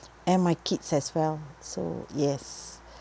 and my kids as well so yes